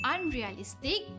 Unrealistic